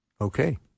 Okay